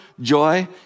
joy